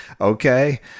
okay